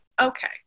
Okay